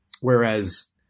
Whereas